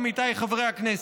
עמיתיי חברי הכנסת: